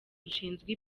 rushinzwe